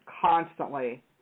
constantly